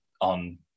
on